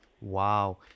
Wow